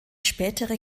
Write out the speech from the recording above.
spätere